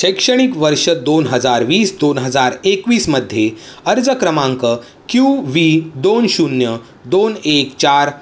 शैक्षणिक वर्ष दोन हजार वीस दोन हजार एकवीसमध्ये अर्ज क्रमांक क्यू वी दोन शून्य दोन एक चार